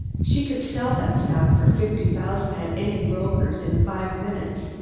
she could sell that stock for fifty thousand at any broker's in five minutes.